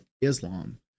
Islam